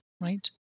right